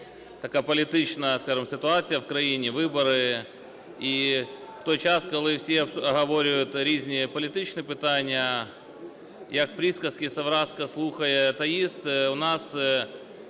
така політична, скажемо, ситуація в країні, вибори, і в той час, коли всі оговорюють різні політичні питання, як приказка "савраска слухає та їсть", у нас